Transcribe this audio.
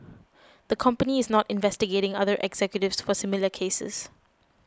the company is not investigating other executives for similar cases